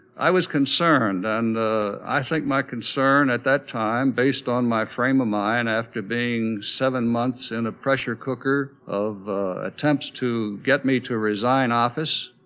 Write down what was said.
i was concerned and i think my concern at that time, based on my frame of mind after being seven months in a pressure cooker of attempts to get me to resign office.